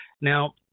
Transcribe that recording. Now